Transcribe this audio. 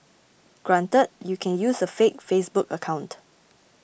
granted you can use a fake Facebook account